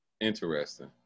Interesting